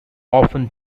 often